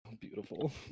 Beautiful